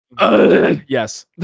Yes